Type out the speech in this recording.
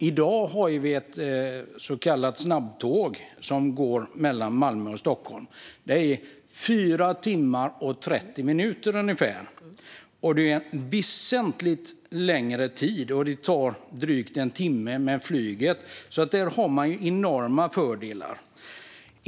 I dag tar ett så kallat snabbtåg mellan Malmö och Stockholm ungefär 4 timmar och 30 minuter. Det är väsentligt längre tid än flyget, som tar drygt 1 timme. Där har man alltså enorma fördelar.